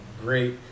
great